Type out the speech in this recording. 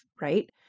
right